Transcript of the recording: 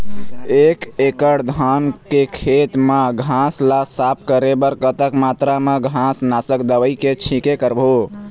एक एकड़ धान के खेत मा घास ला साफ करे बर कतक मात्रा मा घास नासक दवई के छींचे करबो?